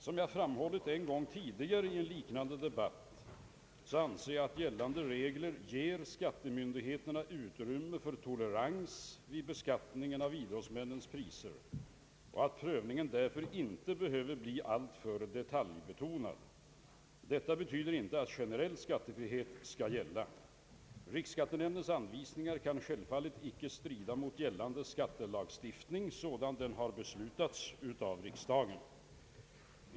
Som jag framhållit en gång tidigare i en liknande debatt anser jag att gällande regler ger skattemyndigheterna utrymme för tolerans vid beskattningen av idrottsmännens priser och att prövningen därför inte behöver bli alltför detaljbetonad. Detta betyder inte att generell skattefrihet skall gälla. Riksskattenämndens anvisningar kan självfallet inte strida mot gällande skattelagstiftning sådan den beslutats av riksdagen.